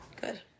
Good